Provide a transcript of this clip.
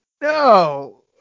No